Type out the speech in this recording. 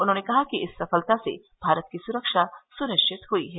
उन्होंने कहा कि इस सफलता से भारत की सुरक्षा सुनिश्चित हुई है